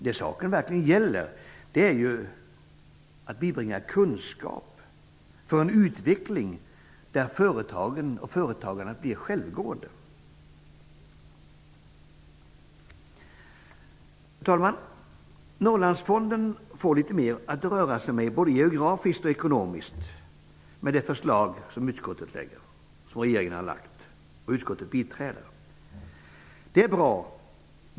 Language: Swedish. Vad det verkligen är fråga om är att bibringa kunskaper så att vi får en sådan utveckling att företagen och företagarna blir självgående. Herr talman! Norrlandsfonden får litet mer att röra sig med, både geografiskt och ekonomiskt, i och med det förslag som regeringen har lagt fram och som utskottet biträder. Det är bra.